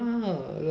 ya